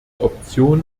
option